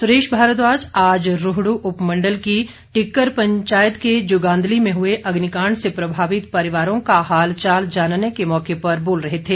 सुरेश भारद्वाज आज रोहड् उपमण्डल की टिक्कर पंचायत के जुगांदली में हुए अग्निकांड से प्रभावित परिवारों का हाल चाल जानने के मौके पर बोल रहे थे